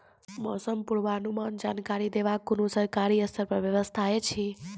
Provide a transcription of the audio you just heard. मौसम पूर्वानुमान जानकरी देवाक कुनू सरकारी स्तर पर व्यवस्था ऐछि?